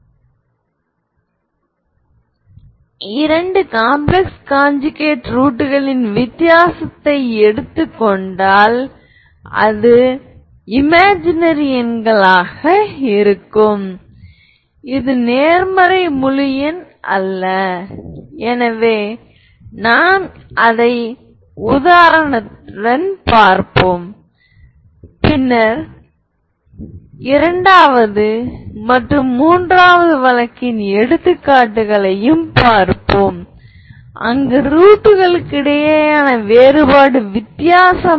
இப்போது நீங்கள் ஹெர்மிடியன் ஆபரேட்டரைப் பெற்றவுடன் மேட்ரிக்ஸ் களுக்கு நாங்கள் பார்த்த அனைத்து பண்புகளும் இங்கே செல்லுபடியாகும் எனவே நாங்கள் நேரடியாக அனாலஜியைப் பயன்படுத்துவோம்